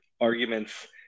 arguments